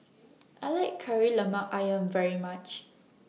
I like Kari Lemak Ayam very much